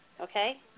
okay